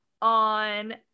on